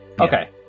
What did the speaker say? Okay